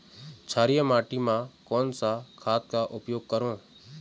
क्षारीय माटी मा कोन सा खाद का उपयोग करों?